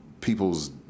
people's